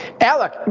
Alec